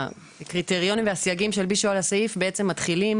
שהקריטריונים והסייגים שהלבישו על הסעיף בעצם מתחילים